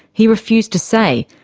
he refused to say,